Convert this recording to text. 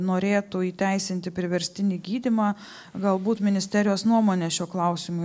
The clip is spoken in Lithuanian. norėtų įteisinti priverstinį gydymą galbūt ministerijos nuomonė šiuo klausimu